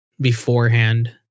beforehand